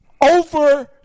Over